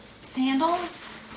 Sandals